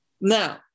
Now